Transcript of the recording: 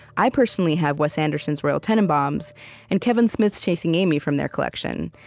i personally have wes anderson's royal tenenbaums and kevin smith's chasing amy from their collection.